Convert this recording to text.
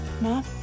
Mom